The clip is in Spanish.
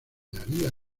minería